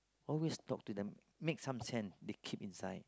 always talk to them make some sense they keep inside